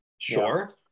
sure